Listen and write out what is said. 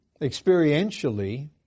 experientially